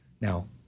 Now